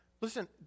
Listen